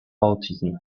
autism